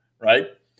right